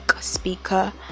speaker